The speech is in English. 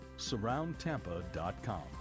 SurroundTampa.com